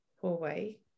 hallway